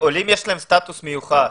לעולים יש סטטוס מיוחד.